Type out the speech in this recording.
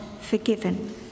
forgiven